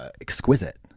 Exquisite